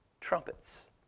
trumpets